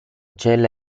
cella